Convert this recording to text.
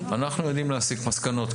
אנחנו יודעים להסיק מסקנות.